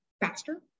faster